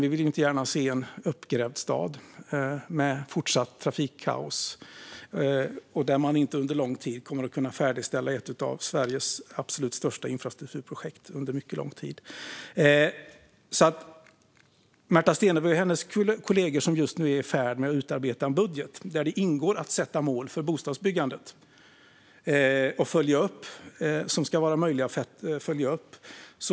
Vi vill inte gärna se en uppgrävd stad med fortsatt trafikkaos beroende på att man under mycket lång tid inte kommer att kunna färdigställa ett av Sveriges absolut största infrastrukturprojekt. Märta Stenevi och hennes kollegor är just nu i färd med att utarbeta en budget. Där ingår det att sätta mål för bostadsbyggandet som ska vara möjliga att följa upp.